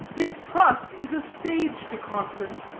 distrust is a stage to confidence.